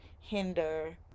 hinder